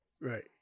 Right